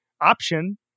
option